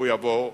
הוא יבוא מכורח.